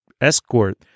escort